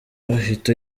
ahita